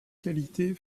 qualité